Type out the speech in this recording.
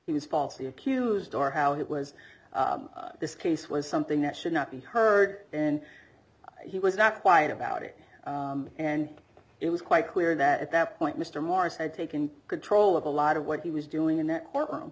he was falsely accused or how it was this case was something that should not be heard in he was not quiet about it and it was quite clear that at that point mr morris had taken control of a lot of what he was doing